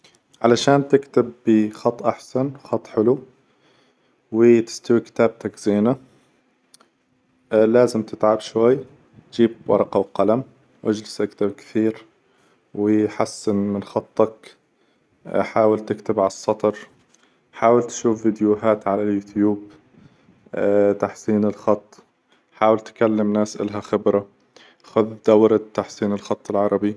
علشان تكتب بخط أحسن، خط حلو وتستوي كتابتك زينة، لازم تتعب شوي، تجيب ورقة وقلم واجلس تكتب كثير وي حسن من خطك، حاول تكتب على الصطر، حاول تشوف فيديوهات على اليوتيوب تحسين الخط، حاول تكلم ناس لها خبرة، خذ دورة تحسين الخط العربي.